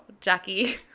Jackie